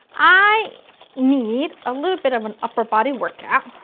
i need a little bit of an upper body workout,